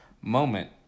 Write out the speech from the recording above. moment